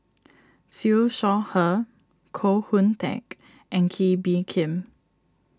Siew Shaw Her Koh Hoon Teck and Kee Bee Khim